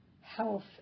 health